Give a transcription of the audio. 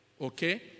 Okay